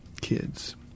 kids